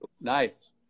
nice